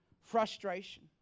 Frustration